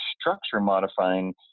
structure-modifying